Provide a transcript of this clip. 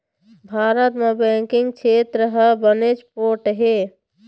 भारत म बेंकिंग छेत्र ह बनेच पोठ हे